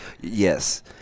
Yes